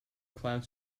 cloud